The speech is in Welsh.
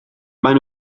maen